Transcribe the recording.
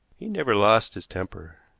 he never lost his temper.